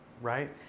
right